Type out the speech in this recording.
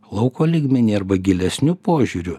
lauko lygmeny arba gilesniu požiūriu